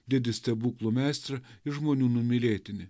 didį stebuklų meistrą ir žmonių numylėtinį